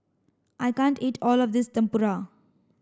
I can't eat all of this Tempura